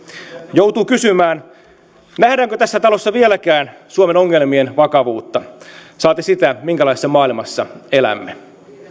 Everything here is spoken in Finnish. joutuu kysymään nähdäänkö tässä talossa vieläkään suomen ongelmien vakavuutta saati sitä minkälaisessa maailmassa elämme